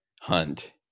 hunt